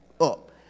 up